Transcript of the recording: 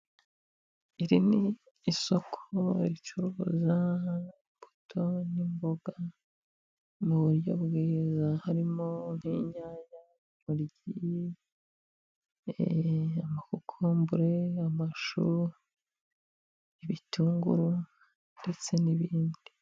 Iri ni isoko ricuruza imbuto n'imboga. Mu buryo bwiza harimo nk'inyanya, intoryi, amakokombure, amashu, ibitunguru, ndetse n'ibindi.